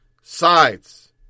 sides